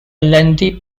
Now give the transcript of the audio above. lengthy